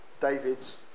David's